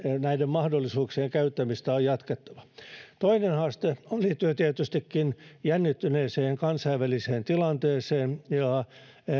näiden mahdollisuuksien käyttämistä on jatkettava toinen haaste liittyy tietystikin jännittyneeseen kansainväliseen tilanteeseen ja